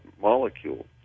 molecule